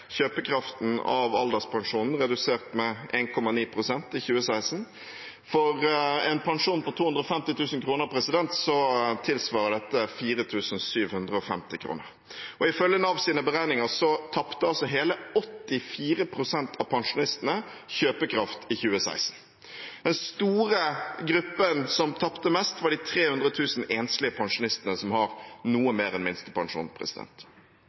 kjøpekraften av alderspensjonen redusert med 1,9 pst. i 2016. For en pensjon på 250 000 kr tilsvarer dette 4 750 kr. Ifølge Navs beregninger tapte hele 84 pst. av pensjonistene kjøpekraft i 2016. Den store gruppen som tapte mest, var de 300 000 enslige pensjonistene som har noe mer enn minstepensjon.